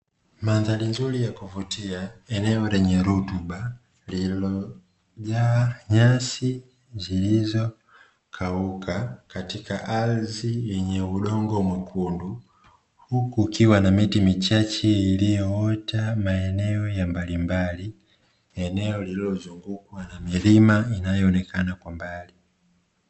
Mandhari nzuri ya kuvutia eneo lenye rutuba lililojaa nyasi zilizokauka katika ardhi yenye udongo mwekundu, huku kukiwa na miti michache iliyoota maeneo mbalimbali, eneo lililozungukwa na milima inayoonekana kwa mbali.